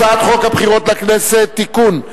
הצעת חוק הבחירות לכנסת (תיקון,